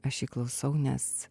aš jį klausau nes